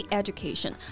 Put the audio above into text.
education